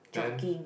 jogging